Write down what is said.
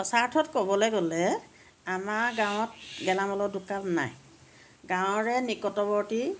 সঁচা অৰ্থত ক'বলৈ গ'লে আমাৰ গাঁৱত গেলামালৰ দোকান নাই গাঁৱৰে নিকটৱৰ্তী